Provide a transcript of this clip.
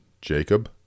Jacob